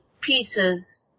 pieces